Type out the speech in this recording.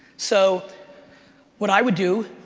so what i would do,